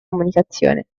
comunicazione